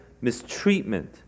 mistreatment